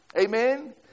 Amen